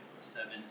seven